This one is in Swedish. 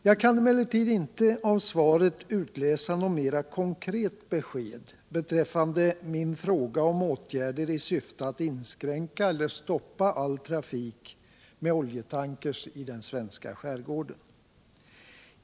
Jag kan emellertid inte av svaret utläsa något mer konkret besked beträffande min fråga om åtgärder i syfte att inskränka eller stoppa all trafik med oljetankrar i den svenska skärgården.